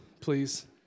please